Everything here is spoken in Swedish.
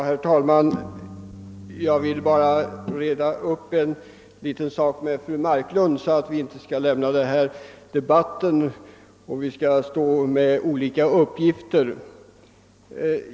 Herr talman! För att vi inte skall lämna denna debatt efter att ha stått här med olika uppgifter vill jag reda upp en liten sak med fru Marklund.